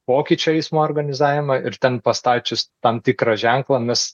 pokyčio eismo organizavimą ir ten pastačius tam tikrą ženklą mes